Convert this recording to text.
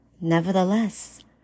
nevertheless